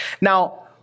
Now